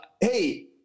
Hey